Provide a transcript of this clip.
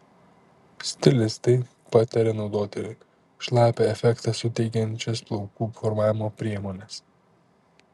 stilistai pataria naudoti šlapią efektą suteikiančias plaukų formavimo priemones